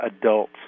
adults